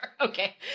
Okay